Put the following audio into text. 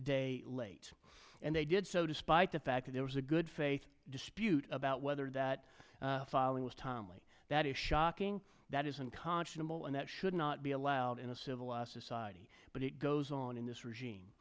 day late and they did so despite the fact that there was a good faith dispute about whether that filing was timely that is shocking that is unconscionable and that should not be allowed in a civil society but it goes on in this regime